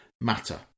matter